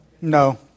No